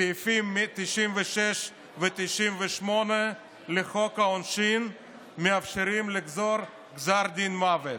סעיפים 96 ו-98 לחוק העונשין מאפשרים לגזור גזר דין מוות,